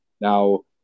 Now